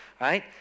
right